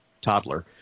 toddler